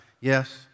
Yes